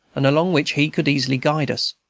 and along which he could easily guide us.